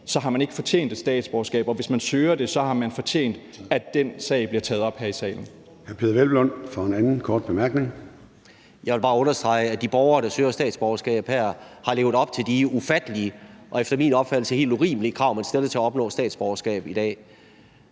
så har man ikke fortjent et statsborgerskab, og hvis man søger det, har man fortjent, at den sag bliver taget op her i salen. Kl. 13:15 Formanden (Søren Gade): Hr. Peder Hvelplund for sin anden korte bemærkning. Kl. 13:15 Peder Hvelplund (EL): Jeg vil bare understrege, at de borgere, der søger statsborgerskab her, har levet op til de ufattelige og efter min opfattelse helt urimelige krav, man stiller til at opnå statsborgerskab i dag,